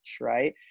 right